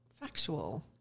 factual